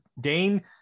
Dane